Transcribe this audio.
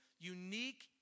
unique